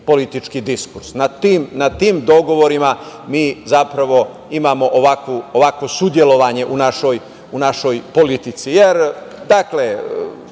Na tim dogovorima mi zapravo imamo ovakvo sudelovanje u našoj politici,